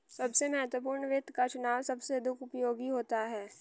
सबसे महत्वपूर्ण वित्त का चुनाव सबसे अधिक उपयोगी होता है